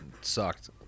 Sucked